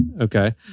okay